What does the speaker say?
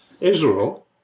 Israel